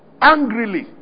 angrily